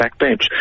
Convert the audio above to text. backbench